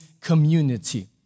community